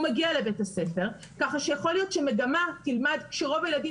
הוא מגיע לבית הספר כך שיכול להיות שמגמה שרוב הילדים